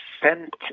sent